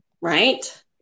Right